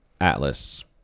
Atlas